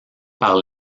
par